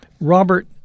Robert